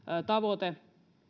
tavoite